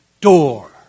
door